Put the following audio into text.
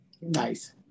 Nice